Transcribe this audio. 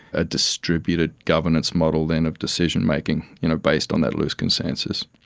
a distributed governance model then of decision-making you know based on that loose consensus.